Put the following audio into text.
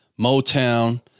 Motown